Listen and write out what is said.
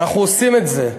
אנחנו עושים את זה.